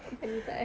hani tak eh